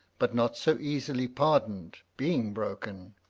but not so easily pardoned, being broken